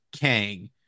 Kang